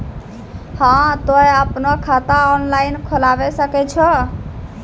हाँ तोय आपनो खाता ऑनलाइन खोलावे सकै छौ?